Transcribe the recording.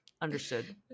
Understood